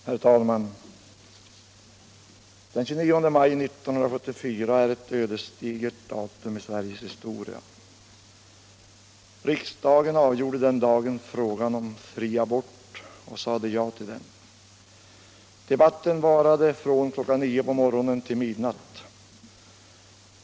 Herr talman! Den 29 maj 1974 är ett ödesdigert datum i Sveriges historia. Riksdagen avgjorde den dagen frågan om fri abort och sade ja till den. Debatten varade från kl. 9 på morgonen till midnatt.